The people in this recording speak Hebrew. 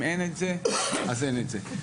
אם אין את זה, אז אין את זה.